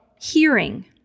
hearing